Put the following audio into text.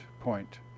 point